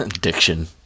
Diction